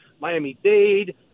Miami-Dade